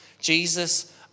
Jesus